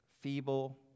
feeble